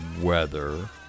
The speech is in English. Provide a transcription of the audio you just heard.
weather